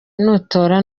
nutora